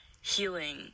healing